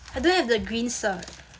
I don't have the green cert